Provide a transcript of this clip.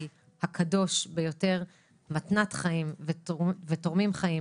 הקדוש ביותר מתנת חיים ותורמים חיים,